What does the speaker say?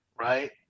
right